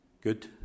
good